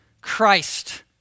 Christ